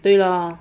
对咯